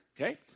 Okay